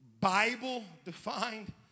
Bible-defined